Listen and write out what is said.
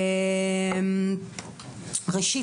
ראשית,